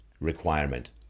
requirement